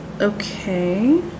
Okay